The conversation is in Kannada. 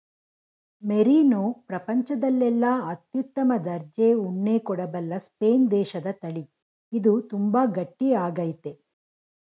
ಮೆರೀನೋ ಪ್ರಪಂಚದಲ್ಲೆಲ್ಲ ಅತ್ಯುತ್ತಮ ದರ್ಜೆ ಉಣ್ಣೆ ಕೊಡಬಲ್ಲ ಸ್ಪೇನ್ ದೇಶದತಳಿ ಇದು ತುಂಬಾ ಗಟ್ಟಿ ಆಗೈತೆ